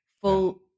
full